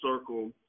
circle